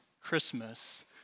Christmas